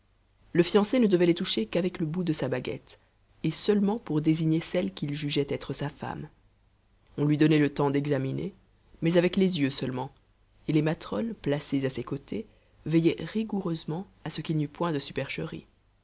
le fiancé ne devait les toucher qu'avec le bout de sa baguette et seulement pour désigner celle qu'il jugeait être sa femme on lui donnait le temps d'examiner mais avec les yeux seulement et les matrones placées à ses côtés veillaient rigoureusement à ce qu'il n'y eût point de supercherie